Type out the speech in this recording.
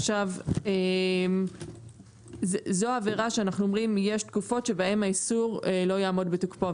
עכשיו זו עבירה שאנחנו אומרים יש תקופות שבהן האיסור לא יעמוד בתוקפו,